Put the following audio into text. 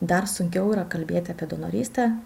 dar sunkiau yra kalbėt apie donorystę